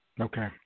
Okay